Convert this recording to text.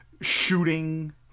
shooting